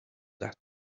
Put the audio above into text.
that